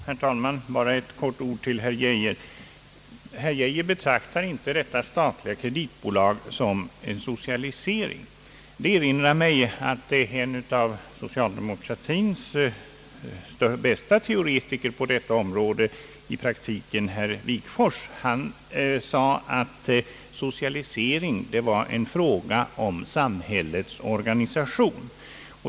Herr talman! Bara några ord till herr Geijer. Han betraktar inte detta statliga kreditbolag som en socialisering. Detta erinrar mig om att en av socialdemokratins i praktiken bästa tänkare på detta område, herr Wigforss, sade att socialisering var en fråga om samhällets organisation.